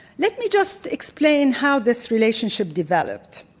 let me just explain how this relationship developed.